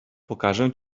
pokażę